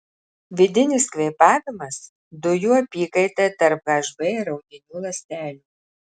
vidinis kvėpavimas dujų apykaita tarp hb ir audinių ląstelių